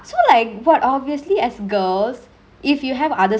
so like what obviously as girls if you have other